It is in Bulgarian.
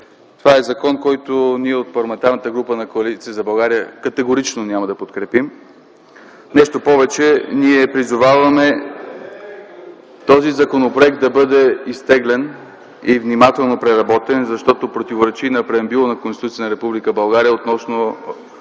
Това е закон, който ние от Парламентарната група на Коалиция за България категорично няма да подкрепим. (Възгласи: „Е-е-е!” от КБ.) Нещо повече – призоваваме този законопроект да бъде изтеглен и внимателно преработен, защото противоречи на преамбюла на Конституцията на Република България относно